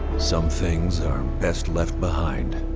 some things are best left behind.